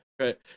right